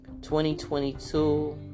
2022